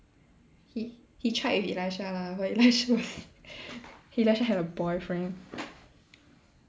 he he tried with Elisha lah but Elisha was Elisha had a boyfriend